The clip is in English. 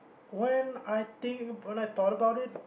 when I think when I thought about it